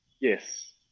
yes